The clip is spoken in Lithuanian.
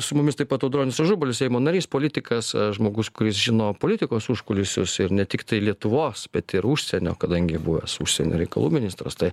su mumis taip pat audronius ažubalis seimo narys politikas žmogus kuris žino politikos užkulisius ir ne tiktai lietuvos bet ir užsienio kadangi buvęs užsienio reikalų ministras tai